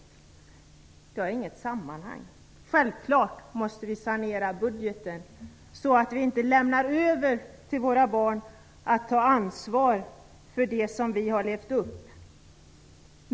Det här har inget samband. Självklart måste vi sanera budgeten, så att vi inte lämnar över till våra barn att ta ansvar för det som vi har levt upp.